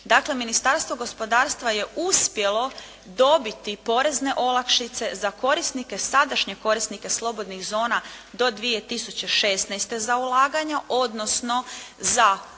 Dakle, Ministarstvo gospodarstva je uspjelo dobiti porezne olakšice za korisnike, sadašnje korisnike slobodnih zona do 2016. za ulaganja, odnosno za 50%, bilo